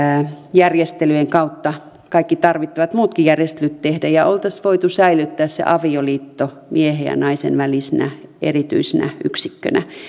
järjestelyjen kautta kaikki tarvittavat muutkin järjestelyt tehdä ja olisi voitu säilyttää se avioliitto miehen ja naisen välisenä erityisenä yksikkönä